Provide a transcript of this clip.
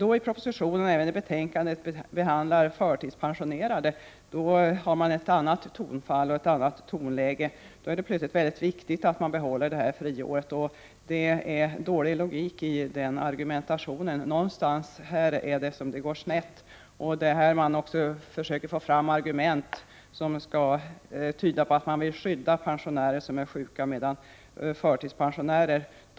I propositionens och även i utskottsbetänkandets behandling av förtidspensionerade har man ett annat tonläge. I det sammanhanget är det plötsligt mycket viktigt att behålla friåret. Det är dålig logik i den argumentationen. Det är på den här punkten som det börjar gå snett. Man försöker få fram argument som skall tyda på att man vill skydda sjuka pensionärer medan andra förhållanden gäller för förtidspensionärer.